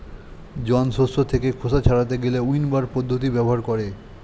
জন শস্য থেকে খোসা ছাড়াতে গেলে উইন্নবার পদ্ধতি ব্যবহার করে